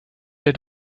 der